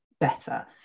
better